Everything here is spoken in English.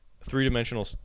three-dimensional